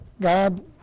God